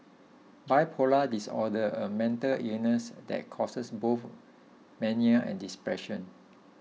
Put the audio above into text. bipolar disorder a mental illness that causes both mania and depression